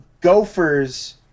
Gophers